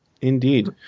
indeed